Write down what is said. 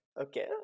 okay